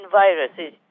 viruses